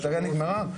הבטרייה נגמרה?